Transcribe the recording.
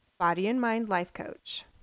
bodyandmindlifecoach